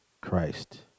Christ